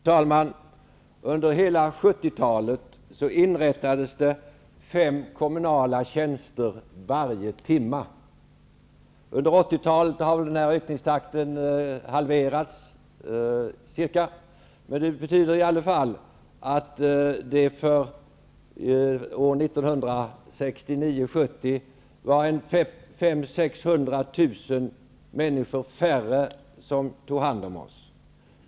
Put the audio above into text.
Fru talman! Under hela 1970-talet inrättades fem kommunala tjänster varje timme. Under 1980-talet halverades denna ökningstakt, men det betyder i alla fall att man 1969/70 hade 500 000--600 000 färre människor som tog hand om oss än vi har i dag.